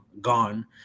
gone